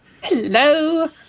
Hello